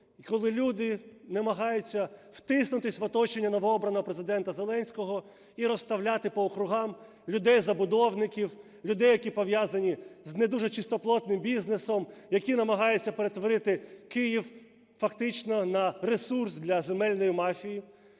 коли люди намагаються втиснутись в оточення новообраного Президента Зеленського і розставляти по округам людей-забудовників, людей, які пов'язані з не дуже чистоплотним бізнесом, які намагаються перетворити Київ фактично на ресурс для земельної мафії.